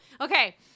Okay